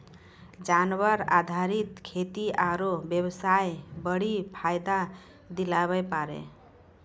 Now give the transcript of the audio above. जानवर आधारित खेती आरू बेबसाय बड्डी फायदा दिलाबै पारै